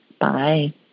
Bye